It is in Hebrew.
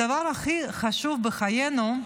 הדבר הכי חשוב בחיינו,